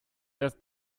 erst